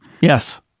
Yes